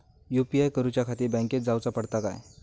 UPI करूच्याखाती बँकेत जाऊचा पडता काय?